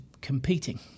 competing